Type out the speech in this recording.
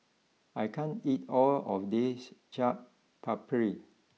I can't eat all of this Chaat Papri